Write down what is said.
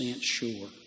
sure